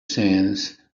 sands